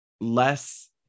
less